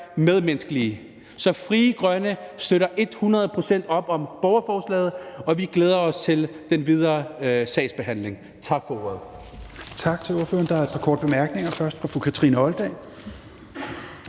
medmenneskelige. Så Frie Grønne støtter et hundrede procent op om borgerforslaget, og vi glæder os til den videre sagsbehandling. Tak for ordet.